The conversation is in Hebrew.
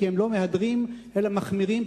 כי הם לא מהדרים אלא מחמירים,